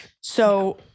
So-